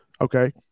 okay